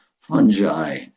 fungi